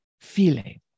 feeling